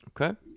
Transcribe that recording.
Okay